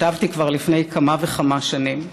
שכתבתי לפני כמה וכמה שנים.